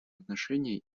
отношения